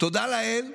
תודה לאל,